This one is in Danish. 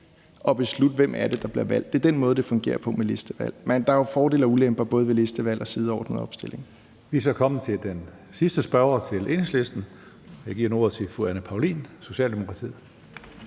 at beslutte, hvem det er, der bliver valgt. Det er den måde, det fungerer på med listevalg, men der er jo fordele og ulemper både ved listevalg og sideordnet opstilling. Kl. 19:29 Tredje næstformand (Karsten Hønge): Vi er så kommet til den sidste spørger til Enhedslisten. Jeg giver nu ordet til fru Anne Paulin, Socialdemokratiet.